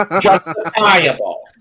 justifiable